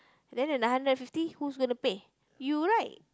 then the nine hundred fifty who's gonna pay you right